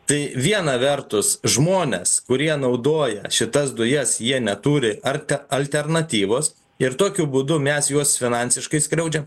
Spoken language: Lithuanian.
tai vieną vertus žmonės kurie naudoja šitas dujas jie neturi ar alternatyvos ir tokiu būdu mes juos finansiškai skriaudžiam